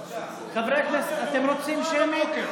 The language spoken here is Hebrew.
חברי הכנסת, אתם רוצים שמית?